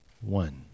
One